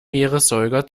meeressäuger